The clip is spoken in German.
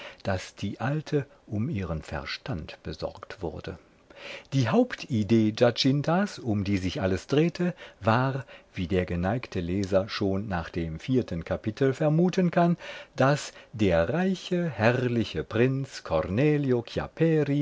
daß die alte um ihren verstand besorgt wurde die hauptidee giacintas um die sich alles drehte war wie der geneigte leser schon nach dem vierten kapitel vermuten kann daß der reiche herrliche prinz cornelio